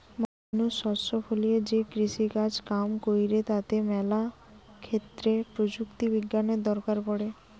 মানুষ শস্য ফলিয়ে যে কৃষিকাজ কাম কইরে তাতে ম্যালা ক্ষেত্রে প্রযুক্তি বিজ্ঞানের দরকার পড়ে